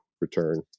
return